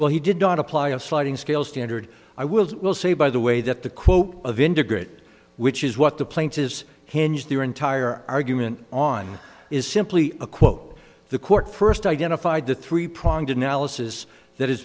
well he did not apply a sliding scale standard i will say by the way that the quote of integrated which is what the plaintiffs hinge their entire argument on is simply a quote the court first identified the three pronged analysis that has